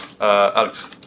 Alex